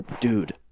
Dude